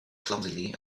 clumsily